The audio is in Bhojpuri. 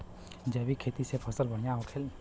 जैविक खेती से फसल बढ़िया होले